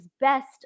best